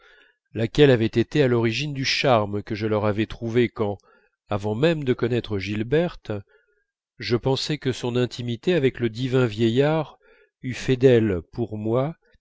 laquelle avait été à l'origine du charme que je leur avais trouvé quand avant même de connaître gilberte je pensais que son intimité avec le divin vieillard eût fait d'elle pour moi